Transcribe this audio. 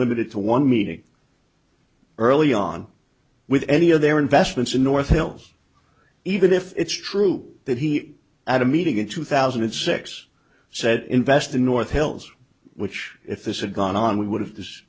limited to one meeting early on with any of their investments in north wales even if it's true that he added meeting in two thousand and six said invest in north hills which if this had gone on we would have this